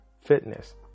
fitness